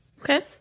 Okay